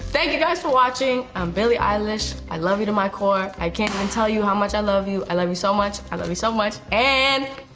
thank you guys for watching. i'm billie eilish, i love you to my core, i can't even and tell you how much i love you. i love you so much, i love you so much, and,